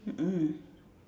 mm mm